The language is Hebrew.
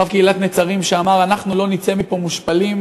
רב קהילת נצרים, שאמר: אנחנו לא נצא מפה מושפלים.